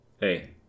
hey